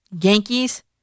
Yankees